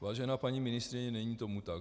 Vážená paní ministryně, není tomu tak.